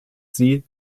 sie